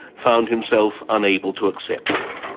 found himself unable to accept it.